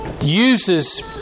uses